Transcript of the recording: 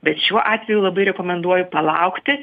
bet šiuo atveju labai rekomenduoju palaukti